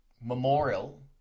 memorial